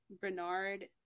Bernard